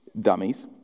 Dummies